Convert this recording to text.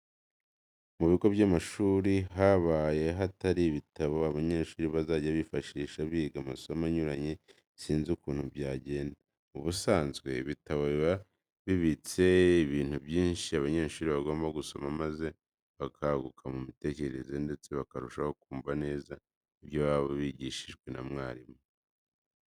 Mu bigo by'amashuri habaye hatari ibitabo abanyeshuri bazajya bifashisha biga amasomo anyuranye sinzi ukuntu byagenda. Mu busanzwe ibitabo biba bibitse ibintu byinshi abanyeshuri bagomba gusoma maze bakaguka mu mitekerereze ndetse bakarushaho kumva neza ibyo baba bigishijwe na mwarimu.